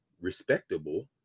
respectable